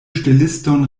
ŝteliston